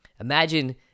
Imagine